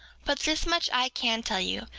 but this much i can tell you,